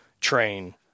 train